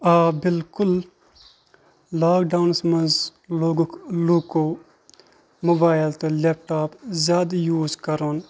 آ بالکُل لاکڈونَس منٛز لوگُکھ لُکو موبایل تہٕ لیپٹاپ زیادٕ یوٗز کَرُن